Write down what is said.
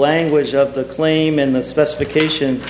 language of the claim in that specification